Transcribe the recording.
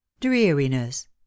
dreariness